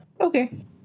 Okay